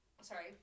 Sorry